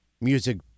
music